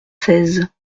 seize